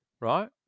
Right